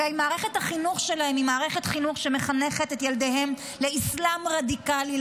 מערכת החינוך שלהם היא מערכת חינוך שמחנכת את ילדיהם לאסלאם רדיקלי,